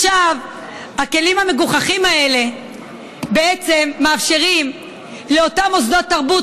הכלים המגוחכים האלה מאפשרים לאותם מוסדות תרבות,